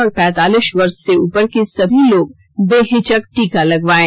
और पैंतालीस वर्ष से उपर के सभी लोग बेहिचक टीका लगवायें